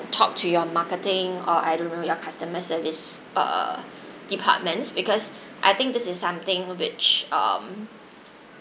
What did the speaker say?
talk to your marketing or I don't know your customer service err departments because I think this is something which um